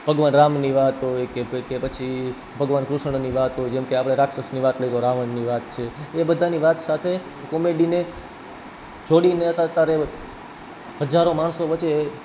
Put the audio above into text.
ભગવાન રામની વાત હોય કોઈ કે પછી ભગવાન કૃષ્ણની વાત હોય જેમકે આપણે રાક્ષસની વાત લઈ લો રાવણની વાત છે એ બધાની વાત સાથે કોમેડીને જોડીને અત્યારે હજારો માણસો વચ્ચે